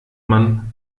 man